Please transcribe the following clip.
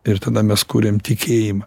ir tada mes kuriam tikėjimą